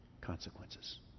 consequences